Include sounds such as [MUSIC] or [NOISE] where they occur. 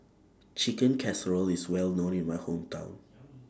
Chicken Casserole IS Well known in My Hometown [NOISE]